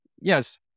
yes